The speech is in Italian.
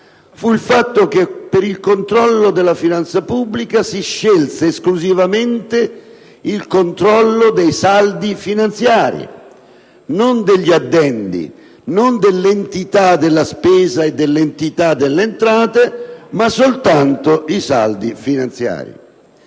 fu il fatto che per il controllo della finanza pubblica si scelse esclusivamente il controllo dei saldi finanziari e non degli addendi: non, quindi, dell'entità della spesa e dell'entità delle entrate, ma soltanto i saldi finanziari.